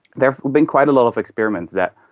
there have been quite a lot of experiments that,